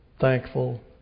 thankful